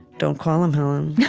don't call him, helen. yeah